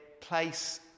place